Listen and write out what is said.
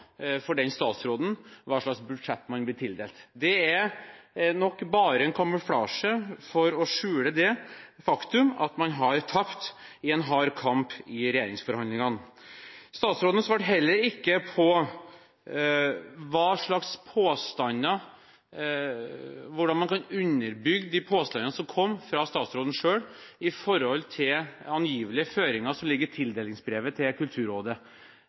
for den statsråden hva slags budsjett man blir tildelt. Det er nok bare en kamuflasje for å skjule det faktum at man har tapt i en hard kamp i regjeringsforhandlingene. Statsråden svarte heller ikke på hvordan man kan underbygge de påstandene som kom fra statsråden selv, når det gjelder angivelige føringer som ligger i tildelingsbrevet til Kulturrådet.